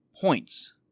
points